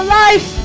life